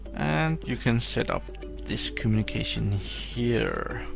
and you can set up this communication here,